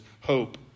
hope